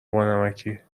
بانمکی